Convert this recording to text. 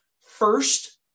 First